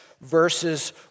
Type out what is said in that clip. verses